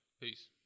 Peace